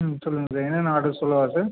ம் சொல்லுங்கள் சார் என்னென்ன ஆட்ரு சொல்லவா சார்